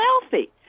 wealthy